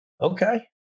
Okay